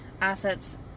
assets